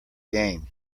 gain